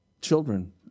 children